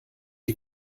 die